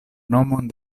nomon